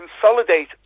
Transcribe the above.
consolidate